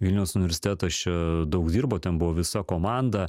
vilniaus universitetas čia daug dirbo ten buvo visa komanda